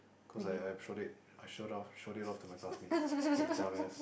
cause I I've showed it I showed off showed it off to my classmates like a dumbass